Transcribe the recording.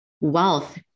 wealth